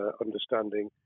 understanding